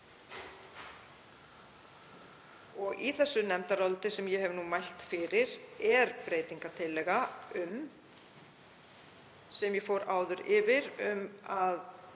Í þessu nefndaráliti, sem ég hef nú mælt fyrir, er breytingartillaga sem ég fór áður yfir um að